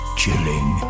chilling